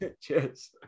cheers